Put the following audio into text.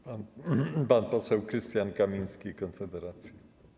Pan poseł Krystian Kamiński, Konfederacja.